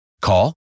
Call